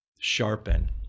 sharpen